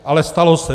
Ale stalo se.